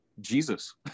Jesus